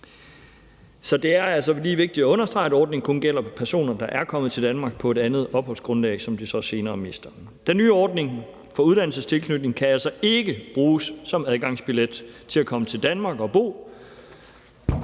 Så det er altså lige vigtigt at understrege, at ordningen kun gælder personer, der er kommet til Danmark på et andet opholdsgrundlag, som de så senere mister. Den nye ordning for uddannelsens tilknytning kan altså ikke bruges som adgangsbillet til at komme til Danmark og bo,